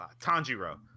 tanjiro